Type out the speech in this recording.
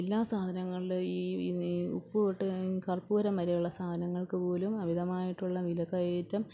എല്ലാ സാധനങ്ങളുടെ ഈ ഈ ഉപ്പു തൊട്ട് കർപ്പൂരം വരെയുള്ള സാധനങ്ങൾക്കു പോലും അമിതമായിട്ടുള്ള വിലക്കയറ്റം